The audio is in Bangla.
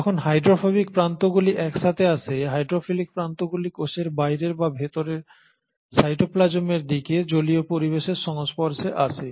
যখন হাইড্রোফোবিক প্রান্তগুলি একসাথে আসে হাইড্রোফিলিক প্রান্তগুলি কোষের বাইরে বা ভিতরে সাইটোপ্লাজমের দিকে জলীয় পরিবেশের সংস্পর্শে আসে